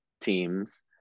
teams